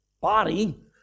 body